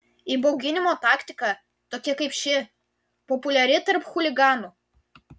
įbauginimo taktika tokia kaip ši populiari tarp chuliganų